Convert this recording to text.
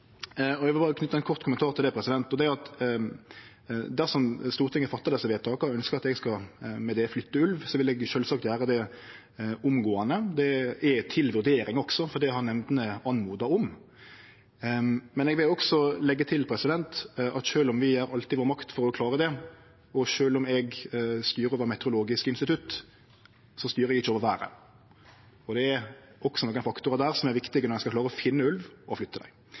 og eg vil berre knyte ein kort kommentar til det. Dersom Stortinget fattar desse vedtaka og ønskjer at eg med det skal flytte ulv, vil eg sjølvsagt gjere det omgåande. Det er til vurdering også, for det har nemndene bede om. Men eg vil også leggje til at sjølv om vi gjer alt i vår makt for å klare det, og sjølv om eg styrer over Meteorologisk institutt, styrer eg ikkje over vêret. Det er også nokre faktorar der som er viktige når ein skal klare å finne ulv og flytte dei.